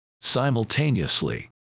Simultaneously